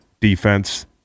defense